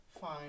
fine